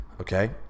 okay